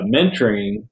mentoring